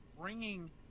bringing